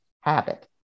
habit